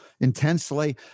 intensely